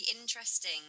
interesting